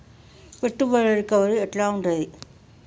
పెట్టుబడుల రికవరీ ఎట్ల ఉంటది?